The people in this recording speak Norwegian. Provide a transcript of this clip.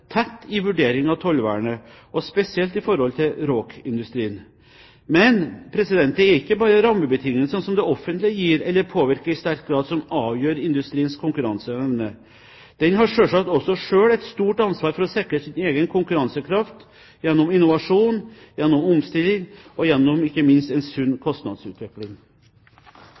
tett i vurderingen av tollvernet, og spesielt i forhold til RÅK-industrien. Men det er ikke bare rammebetingelsene som det offentlige gir – eller påvirker i sterk grad – som avgjør industriens konkurranseevne. Den har selvsagt også selv et stort ansvar for å sikre sin egen konkurransekraft, gjennom innovasjon, gjennom omstilling og gjennom ikke minst en sunn kostnadsutvikling.